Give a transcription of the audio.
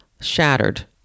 shattered